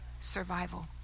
survival